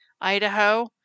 Idaho